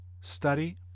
study